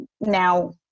now